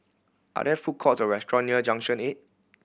are there food courts or restaurant near Junction Eight